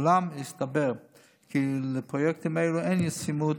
אולם הסתבר כי לפרויקטים האלה אין ישימות